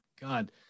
god